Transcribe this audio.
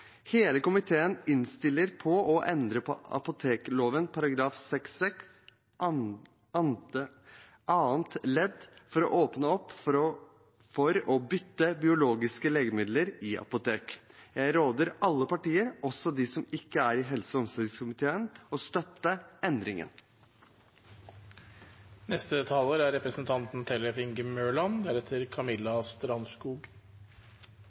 Hele komiteen innstiller på å endre apotekloven § 6-6 annet ledd for å åpne opp for å bytte biologiske legemidler i apotek. Jeg råder alle partier, også de som ikke er i helse- og omsorgskomiteen, til å støtte endringen. Dette har jeg nok ikke sagt før fra denne talerstolen: Dette er